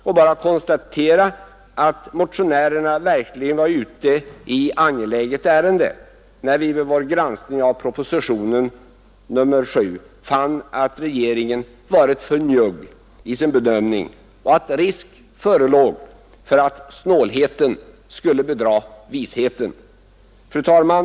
Jag vill konstatera att vi motionärer verkligen var ute i angeläget ärende när vi vid vår granskning av propositionen nr 7 fann att regeringen varit för njugg i sin bedömning och att risk förelåg för att snålheten skulle bedra visheten. Fru talman!